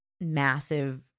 massive